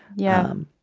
yeah.